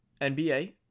nba